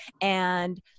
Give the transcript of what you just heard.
And-